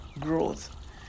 growth